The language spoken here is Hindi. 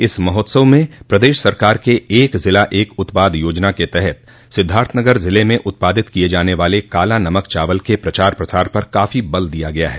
इस महोत्सव में प्रदेश सरकार के एक ज़िला एक उत्पाद योजना के तहत सिद्धार्थनगर जिले में उत्पादित किये जाने वाले काला नमक चावल के प्रचार प्रसार पर काफो बल दिया गया है